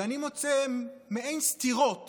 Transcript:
ואני מוצא מעין סתירות